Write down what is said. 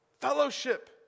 Fellowship